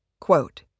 quote